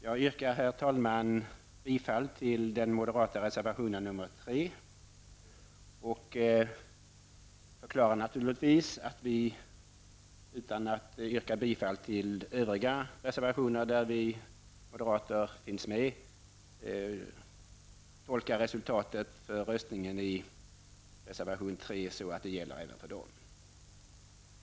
Jag yrkar, herr talman, bifall till den moderata reservationen nr 3, och utan att yrka bifall till övriga reservationer där moderater finns med tolkar vi resultatet för röstningen i reservation 3 så att det gäller även för dem.